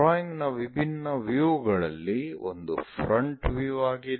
drawing ನ ವಿಭಿನ್ನ view ಗಳಲ್ಲಿ ಒಂದು ಫ್ರಂಟ್ ವ್ಯೂ ಆಗಿದೆ